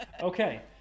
Okay